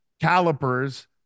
calipers